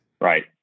Right